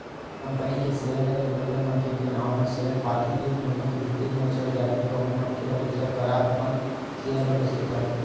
company के share ल लेवइया मनखे के नांव म सेयर पाती एक महिना के भीतरी म चढ़ जाथे कहूं मनखे ह दूसर करा अपन सेयर ल बेंचथे त